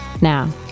Now